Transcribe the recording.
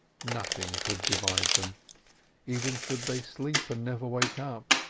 nothing could divide them even should they sleep and never wake up,